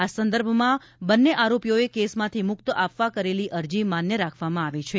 આ સંદર્ભમાં બંને આરોપીઓએ કેસમાંથી મુક્ત આપવા કરેલી અરજી માન્ય રાખવામાં આવે છે